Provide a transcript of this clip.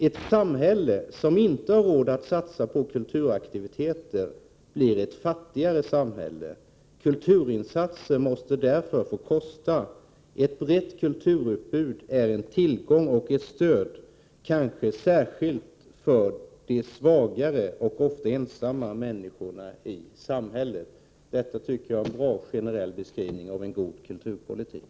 Ett samhälle som inte har råd att satsa på kulturaktiviteter blir ett fattigare samhälle. Kulturinsatser måste därför få kosta. Ett brett kulturutbud är en tillgång och ett stöd, kanske särskilt för de svagare och ofta ensamma människorna i samhället.” Detta tycker jag är en bra generell beskrivning på en god kulturpolitik.